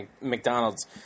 McDonald's